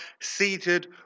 seated